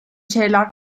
şeyler